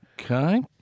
Okay